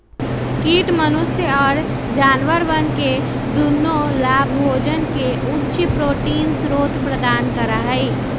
कीट मनुष्य और जानवरवन के दुन्नो लाभोजन के उच्च प्रोटीन स्रोत प्रदान करा हई